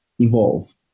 evolve